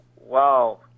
Wow